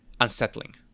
unsettling